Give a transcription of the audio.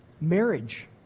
marriage